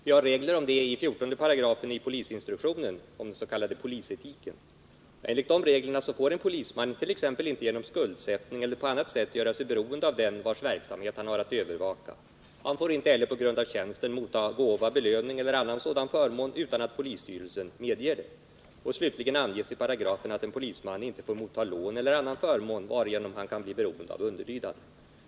Vi har regler om det i 14 § polisinstruktionen, om den s.k. polisetiken. Enligt de reglerna får en polisman t.ex. inte genom skuldsättning eller på annat sätt göra sig beroende av den vars verksamhet han har att övervaka. Han får inte heller på grund av tjänsten motta gåva, belöning eller annan sådan förmån, utan att polisstyrelsen medger det. Slutligen anges i paragrafen att en polisman inte får motta lån eller annan förmån, varigenom han kan bli beroende av underlydande.